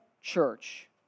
church